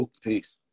Peace